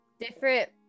Different